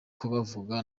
kubavuga